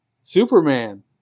Superman